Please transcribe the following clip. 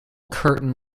curtain